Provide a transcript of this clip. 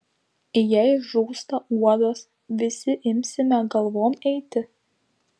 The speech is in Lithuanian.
jei žūsta uodas visi imsime galvom eiti